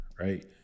Right